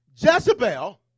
Jezebel